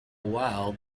while